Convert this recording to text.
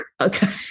Okay